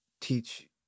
teach